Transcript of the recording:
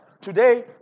Today